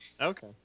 okay